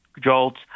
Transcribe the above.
Jolts